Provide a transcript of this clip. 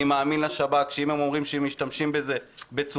אני מאמין לשב"כ שאם הם אומרים שהם משתמשים בזה בצורה